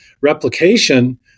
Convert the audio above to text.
Replication